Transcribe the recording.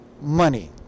money